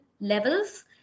levels